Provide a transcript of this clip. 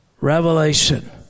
revelation